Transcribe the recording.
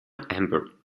amber